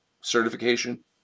certification